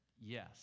yes